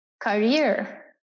career